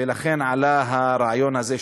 ולכן עלה הרעיון הזה,